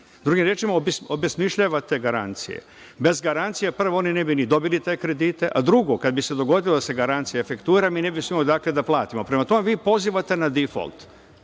Drugim rečima, obesmišljavate garancije. Bez garancija oni ne bi ni dobili te kredite, a drugo, kada bi se dogodilo da se garancija efektura mi ne bismo imali odakle da platimo. Prema tome, vi pozivate na difolt.